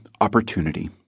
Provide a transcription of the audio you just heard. Opportunity